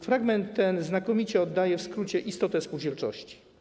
Fragment ten znakomicie oddaje w skrócie istotę spółdzielczości.